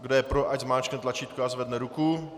Kdo je pro, ať zmáčkne tlačítko a zvedne ruku.